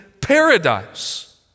paradise